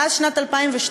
מאז שנת 2012,